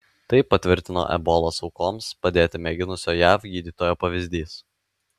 tai patvirtino ebolos aukoms padėti mėginusio jav gydytojo pavyzdys